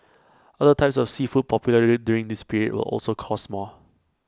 other types of seafood popularly during this period will also cost more